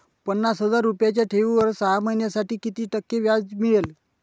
पन्नास हजार रुपयांच्या ठेवीवर सहा महिन्यांसाठी किती टक्के व्याज मिळेल?